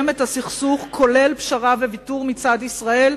את הסכסוך כולל פשרה וויתור מצד ישראל,